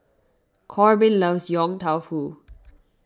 Korbin loves Yong Tau Foo